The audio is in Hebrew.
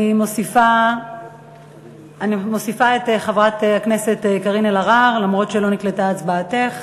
אני מוסיפה את חברת הכנסת קארין אלהרר למרות שלא נקלטה הצבעתך,